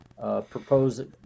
Propose